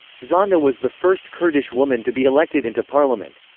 zana was the first kurdish woman to be elected into parliament.